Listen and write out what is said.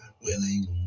willing